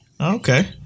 Okay